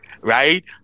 Right